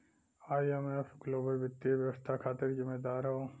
IMF global वित्तीय व्यवस्था खातिर जिम्मेदार हौ